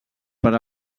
per